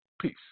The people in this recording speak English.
Peace